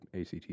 ACT